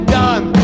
done